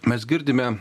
mes girdime